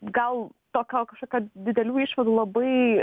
gal tokio kažkokio didelių išvadų labai